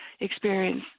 experience